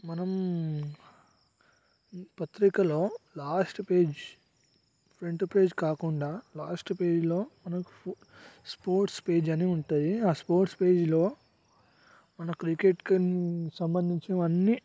మనం పత్రికలో last page front page కాకుండా లాస్ట్ పేజ్లో మనకి స్పోర్ట్స్ పేజ్ అని ఉంటుంది ఆ స్పోర్ట్స్ పేజ్లో మన క్రికెట్కి సంబంధించిన వన్ని